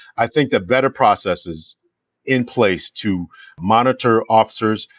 i think that better processes in place to monitor officers,